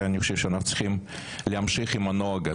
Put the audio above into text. ואנחנו צריכים להמשיך עם הנוהג הזה.